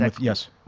Yes